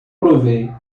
provei